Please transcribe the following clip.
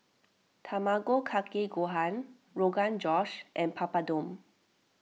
Tamago Kake Gohan Rogan Josh and Papadum